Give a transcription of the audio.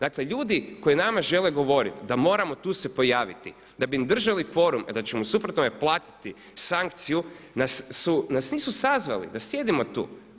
Dakle ljudi koji nama žele govoriti da moramo tu se pojaviti, da bi im držali kvorum, a da ćemo u suprotnome platiti sankciju, nas nisu sazvali da sjedimo tu.